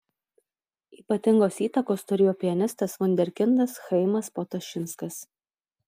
ypatingos įtakos turėjo pianistas vunderkindas chaimas potašinskas